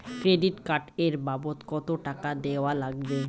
Credit card এর বাবদ কতো টাকা দেওয়া লাগবে?